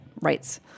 rights